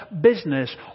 business